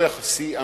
ולא יחסי,